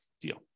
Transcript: deal